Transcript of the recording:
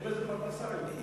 יש בזה פרנסה היום.